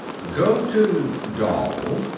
go to, doll.